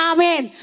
Amen